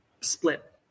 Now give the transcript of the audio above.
split